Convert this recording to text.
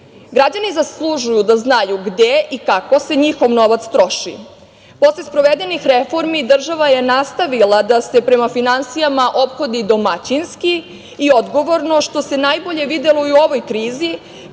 svetu. Građani zaslužuju da znaju gde i kako se njihov novac troši. Posle sprovedenih reformi država je nastavila da se prema finansijama ophodi domaćinski i odgovorno, što se najbolje videlo i u ovoj krizi